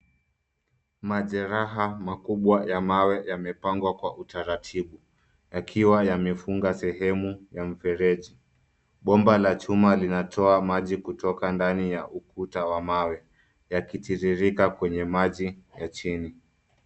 Majereha makubwa ya mawe yamepangwa kwa utaratibu yakiwa yamefunga sehemu ya mfereji. Bomba la chuma linatoa maji kutoka ndani ya ukuta wa mawe yakitirika kwenye maji ya chini.